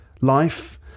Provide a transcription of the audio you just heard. life